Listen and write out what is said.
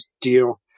deal